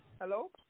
hello